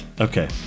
Okay